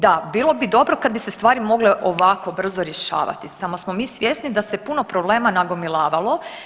Da, bilo bi dobro kad bi se stvari mogle ovako brzo rješavati samo smo mi svjesni da se puno problema nagomilavalo.